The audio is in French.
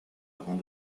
avant